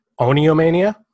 Oniomania